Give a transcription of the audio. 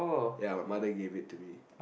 ya my mother gave it to me